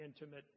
intimate